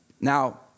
Now